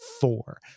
four